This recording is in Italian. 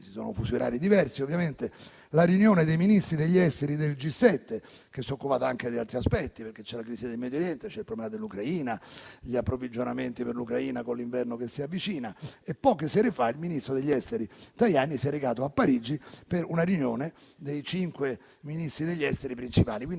ci sono fusi orari diversi, ovviamente - la riunione dei Ministri degli esteri del G7, che si è occupata anche di altri aspetti, perché c'è la crisi del Medio Oriente, c'è il problema dell'Ucraina, degli approvvigionamenti per l'Ucraina con l'inverno che si avvicina. E poche sere fa il ministro degli affari esteri Tajani si è recato a Parigi per una riunione dei cinque Ministri degli esteri principali.